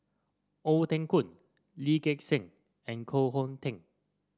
Ong Teng Koon Lee Gek Seng and Koh Hong Teng